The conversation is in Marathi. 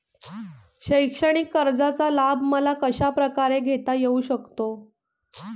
शैक्षणिक कर्जाचा लाभ मला कशाप्रकारे घेता येऊ शकतो?